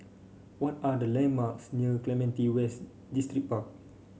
what are the landmarks near Clementi West Distripark